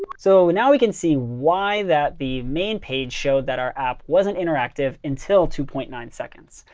so now we can see why that the main page showed that our app wasn't interactive until two point nine seconds.